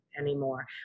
anymore